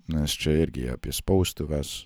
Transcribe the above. nes čia irgi apie spaustuves